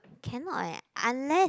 cannot eh unless